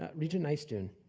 ah regent nystuen?